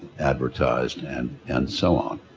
advertised and and so on.